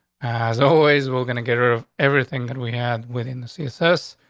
as always, we're gonna get her of everything that we had within the css.